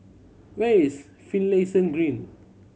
where is Finlayson Green